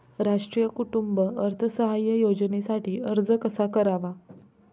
राष्ट्रीय कुटुंब अर्थसहाय्य योजनेसाठी अर्ज कसा करावा?